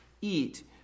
eat